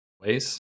Ways